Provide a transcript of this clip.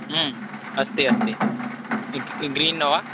अस्ति अस्ति ग्रीन् वा